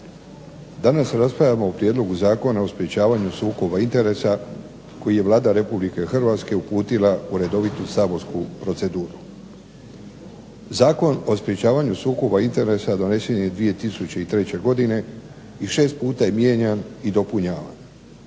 Danas raspravljamo o Prijedlogu zakona o sprječavanja sukoba interesa koji je Vlada Republike Hrvatske uputila u redovitu saborsku proceduru. Zakon o sprječavanju sukoba interesa donesen je 2003. godine i šest puta je mijenjan i dopunjavan.